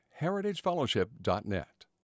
heritagefellowship.net